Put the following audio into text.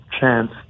chance